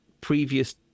previous